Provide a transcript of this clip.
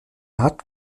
hat